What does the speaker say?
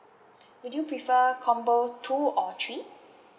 would you prefer combo two or three